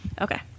Okay